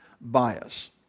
bias